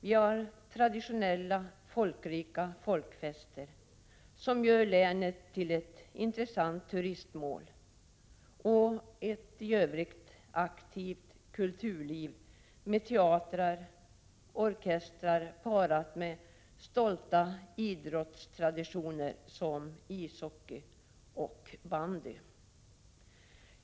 Vi har traditionella folkrika folkfester, som gör länet till ett intressant turistmål, och ett i Övrigt aktivt kulturliv med teater och orkestrar parat med stolta idrottstraditioner som bandy och ishockey.